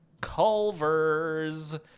Culver's